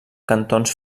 cantons